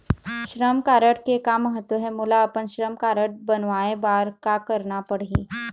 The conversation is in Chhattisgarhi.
श्रम कारड के का महत्व हे, मोला अपन श्रम कारड बनवाए बार का करना पढ़ही?